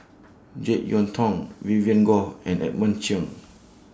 Jek Yeun Thong Vivien Goh and Edmund Cheng